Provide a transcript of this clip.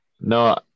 No